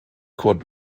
kurt